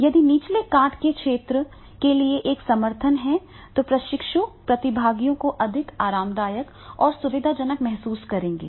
यदि निचले काठ का क्षेत्र के लिए एक समर्थन है तो प्रशिक्षु प्रतिभागियों को अधिक आरामदायक और सुविधाजनक महसूस करेंगे